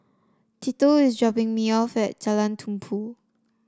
Tito is dropping me off at Jalan Tumpu